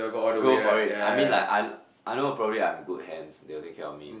go for it I mean like I know I know probably I'm in good hands they will take care of me